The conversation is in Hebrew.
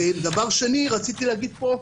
דבר שני רציתי להגיד פה,